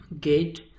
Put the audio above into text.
gate